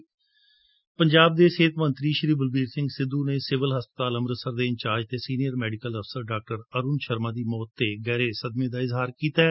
ਪੰਜਾਬ ਦੇ ਸਿਹਤ ਮੰਤਰੀ ਬਲਬੀਰ ਸਿੰਘ ਸਿੱਧੂ ਨੇ ਸਿਵਲ ਹਸਪਤਾਲ ਅੰਮ੍ਰਿਤਸਰ ਦੇ ਇੰਚਾਰਜ ਅਤੇ ਸੀਨੀਅਰ ਮੈਡੀਕਲ ਅਫਸਰ ਡਾਕਟਰ ਅਰੁਣ ਸ਼ਰਮਾ ਦੀ ਮੌਤ ਤੇ ਗਹਿਰੇ ਦੁਖ ਦਾ ਇਜ਼ਹਾਰ ਕੀਤੈ